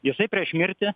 jisai prieš mirtį